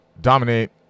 dominate